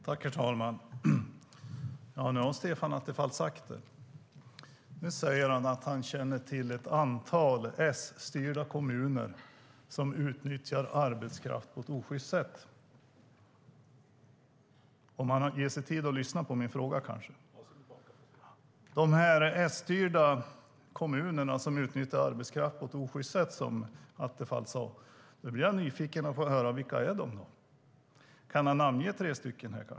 Herr talman! Nu har Stefan Attefall sagt att han känner till ett antal S-styrda kommuner som utnyttjar arbetskraft på ett osjyst sätt. När det gäller de S-styrda kommuner som utnyttjar arbetskraft på ett osjyst sätt, som Attefall sade, blir jag nyfiken att få höra vilka de är. Kan han kanske namnge tre kommuner?